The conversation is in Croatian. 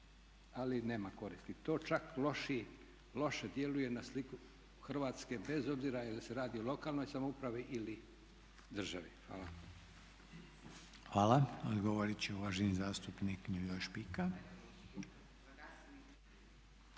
ali nema koristi. To čak loše djeluje na sliku Hrvatske bez obzira je li se radi o lokalnoj samoupravi ili državi. Hvala. **Reiner, Željko (HDZ)** Hvala. Odgovorit će uvaženi zastupnik Milivoj Špika.